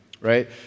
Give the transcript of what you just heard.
right